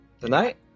Tonight